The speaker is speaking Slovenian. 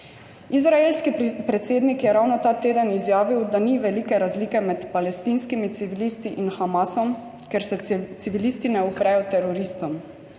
Izraelski predsednik je ravno ta teden izjavil, da ni velike razlike med palestinskimi civilisti in Hamasom, ker se civilisti ne uprejo teroristom.